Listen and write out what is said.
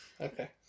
Okay